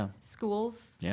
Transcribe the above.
schools